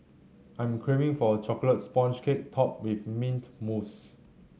I am craving for a chocolate sponge cake topped with mint mousse